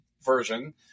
version